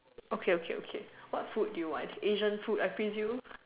okay okay okay what food do you want Asian food I presume